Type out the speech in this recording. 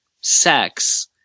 sex